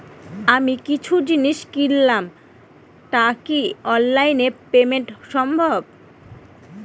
আমি কিছু জিনিস কিনলাম টা কি অনলাইন এ পেমেন্ট সম্বভ?